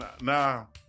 Now